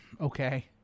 Okay